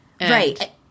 Right